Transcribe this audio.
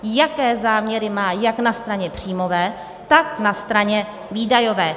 Jaké záměry má jak na straně příjmové, tak na straně výdajové.